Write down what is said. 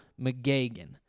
McGagan